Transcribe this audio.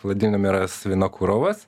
vladimiras vinokurovas